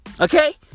Okay